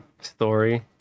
story